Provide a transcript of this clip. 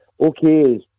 Okay